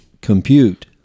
compute